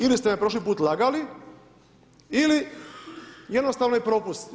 Ili ste me prošli put lagali, ili jednostavno je propust.